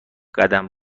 قدم